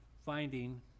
finding